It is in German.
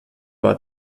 war